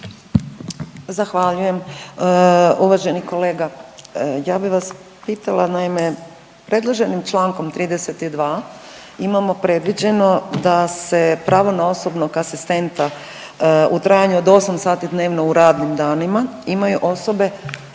Zahvaljujem. Uvaženi kolega, ja bih vas pitala, naime, predloženim čl. 32. imamo predviđeno da se pravo na osobnog asistenta u trajanju od 8 sati dnevno u radnim danima imaju osobe s